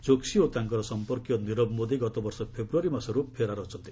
ଚୋକ୍ସି ଓ ତାଙ୍କର ସମ୍ପର୍କୀୟ ନିରବ ମୋଦି ଗତବର୍ଷ ଫେବ୍ୟାରୀ ମାସରୁ ଫେରାର୍ ଅଛନ୍ତି